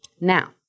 Now